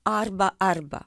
arba arba